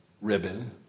ribbon